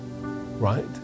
Right